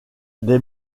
des